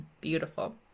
Beautiful